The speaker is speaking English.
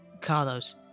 Carlos